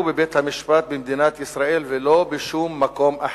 בבית-המשפט במדינת ישראל ולא בשום מקום אחר,